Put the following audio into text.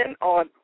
on